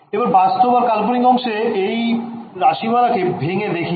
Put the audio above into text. এবার বাস্তব আর কাল্পনিক অংশে এই রাশিমালা কে ভেঙ্গে দেখি